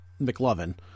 McLovin